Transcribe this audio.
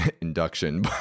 induction